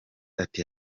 ati